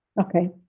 Okay